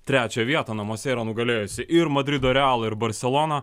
trečią vietą namuose yra nugalėjusi ir madrido realą ir barseloną